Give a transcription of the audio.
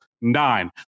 nine